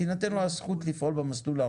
תינתן לו הזכות לפעול במסלול הרגיל,